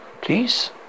please